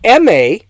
MA